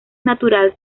natural